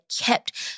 kept